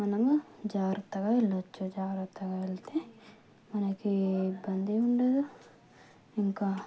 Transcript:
మనము జాగ్రత్తగా వెళ్ళచ్చు జాగ్రత్తగా వెళ్తే మనకి ఏ ఇబ్బంది ఉండదు ఇంకా